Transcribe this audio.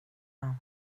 han